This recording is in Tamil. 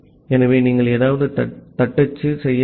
ஆகவே நீங்கள் ஏதாவது தட்டச்சு செய்ய வேண்டும்